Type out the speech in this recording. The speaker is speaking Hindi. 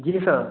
जी सर